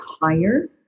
higher